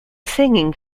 singing